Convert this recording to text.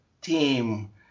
team